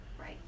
Right